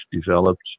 developed